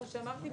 כפי שאמרתי,